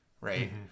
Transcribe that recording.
Right